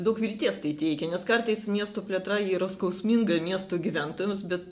daug vilties tai teikia nes kartais miestų plėtra yra skausminga miestų gyventojams bet